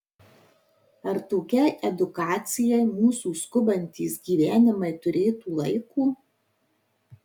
ar tokiai edukacijai mūsų skubantys gyvenimai turėtų laiko